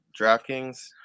DraftKings